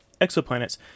exoplanets